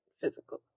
physical